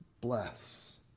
bless